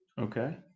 Okay